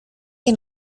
que